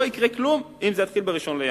לא יקרה כלום אם זה יתחיל ב-1 בינואר.